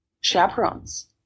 chaperones